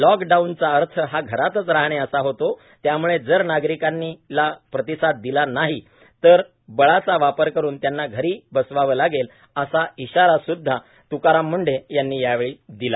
lock down चा अर्थ हा घरातच राहणे असा होतो त्यामुळे जर नागरिकांनी या प्रतिसाद दिला नाही तर बळाचा वापर करून त्यांना धरी बसवावे लागेल असा इशारा सुद्धा तुकाराम मुंढे यांनी यावेळी दिला